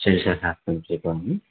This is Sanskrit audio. षड् सहस्रं स्वीकरोमि